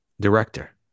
Director